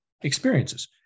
experiences